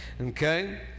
Okay